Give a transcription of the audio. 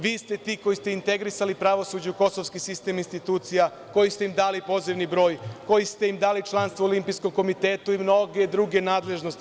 Vi ste ti koji ste integrisali pravosuđe u kosovski sistem institucija, koji ste im dali pozivni broj, koji ste im dali članstvo u „Olimpijskom komitetu“ i mnoge druge nadležnosti.